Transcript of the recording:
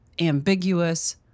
ambiguous